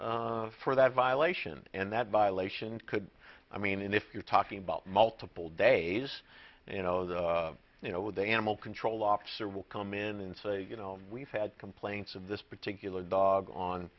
statute for that violation and that violation could i mean if you're talking about multiple days you know that you know the animal control officer will come in and say you know we've had complaints of this particular dog on